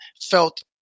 felt